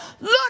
Look